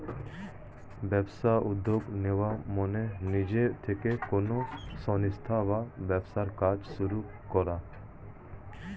ব্যবসায় উদ্যোগ নেওয়া মানে নিজে থেকে কোনো সংস্থা বা ব্যবসার কাজ শুরু করা